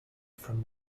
from